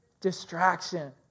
Distraction